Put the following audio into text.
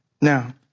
Now